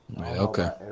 Okay